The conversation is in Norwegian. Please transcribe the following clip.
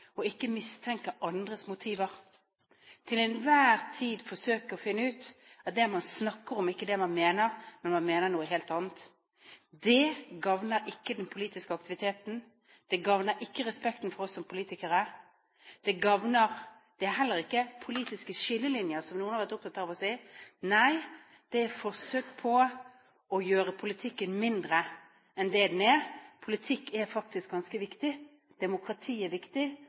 faktisk ikke å mistenke andres motiver – til enhver tid forsøke å finne ut at det man snakker om, ikke er det man mener, når man mener noe helt annet. Det gagner ikke den politiske aktiviteten, det gagner ikke respekten for oss som politikere, det er heller ikke politiske skillelinjer, som noen har vært opptatt av å si. Nei, det er forsøk på å gjøre politikken mindre enn det den er. Politikk er faktisk ganske viktig, demokrati er viktig,